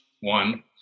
One